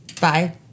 Bye